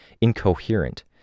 incoherent